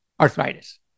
Arthritis